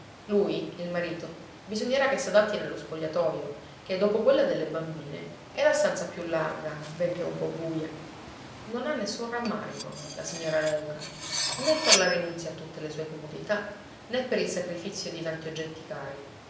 lui il marito bisognerà che s'adatti nello spogliatoio che dopo quella delle bambine è la stanza più larga benché un po buia non ha nessun rammarico la signora léuca né per la rinunzia a tutte le sue comodità né per il sacrifizio di tanti oggetti cari